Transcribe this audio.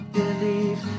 believe